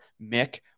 Mick